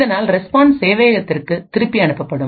இதனால் ரெஸ்பான்ஸ் சேவையகத்திற்கு திருப்பி அனுப்பப்படும்